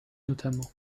notamment